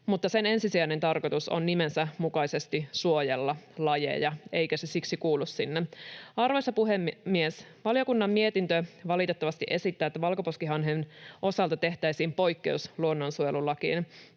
Mutta sen ensisijainen tarkoitus on nimensä mukaisesti suojella lajeja, eikä se siksi kuulu sinne. Arvoisa puhemies! Valiokunnan mietintö valitettavasti esittää, että valkoposkihanhen osalta tehtäisiin poikkeus luonnonsuojelulakiin.